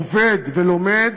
עובד ולומד,